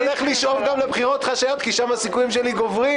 אני הולך לשאוף גם לבחירות חשאיות כי שם הסיכויים שלי גוברים.